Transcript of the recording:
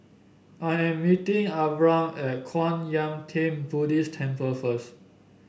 I am meeting Abram at Kwan Yam Theng Buddhist Temple first